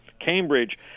Cambridge